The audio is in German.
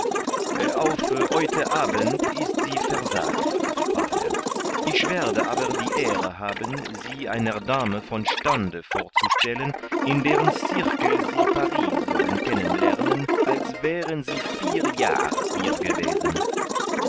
heute abend ist sie versagt sprach er ich werde aber die ehre haben sie einer dame von stande vorzustellen in deren cirkel sie paris sollen kennen lernen als wären sie vier jahre hier gewesen